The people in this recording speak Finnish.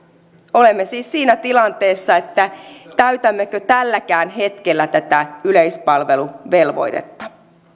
olemme siis siinä tilanteessa että voi kysyä täytämmekö tälläkään hetkellä tätä yleispalveluvelvoitetta